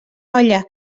olla